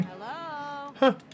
Hello